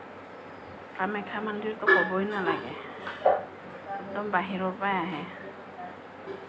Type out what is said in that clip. কামাখ্যা মন্দিৰটো ক'বই নালাগে একদম বাহিৰৰ পৰাই আহে